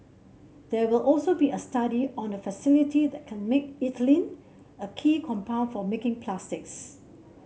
there will also be a study on a facility that can make ethylene a key compound for making plastics